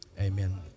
Amen